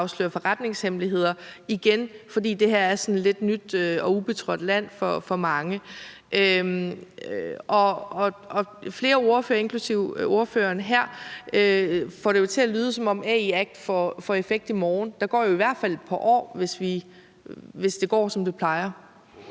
afsløre forretningshemmeligheder, og det var igen, fordi det her er sådan et lidt nyt og ubetrådt land for mange. Flere ordførere, inklusive ordføreren her, får det jo til at lyde, som om AI Act får effekt i morgen. Der går jo i hvert fald et par år, hvis det går, som det plejer.